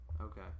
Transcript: Okay